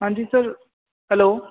ਹਾਂਜੀ sir hello